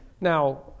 Now